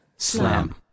Slam